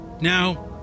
Now